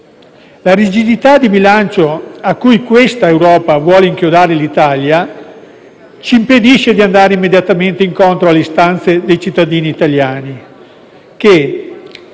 La rigidità di bilancio a cui questa Europa vuole inchiodare l'Italia ci impedisce di andare immediatamente incontro alle istanze dei cittadini italiani, che,